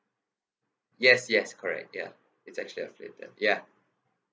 yes yes correct ya it's actually affiliated ya